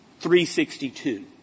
362